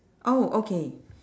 oh okay